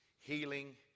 healing